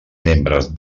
membres